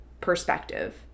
perspective